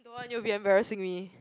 don't want you'll be embarrassing me